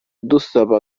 dusaba